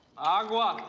agua.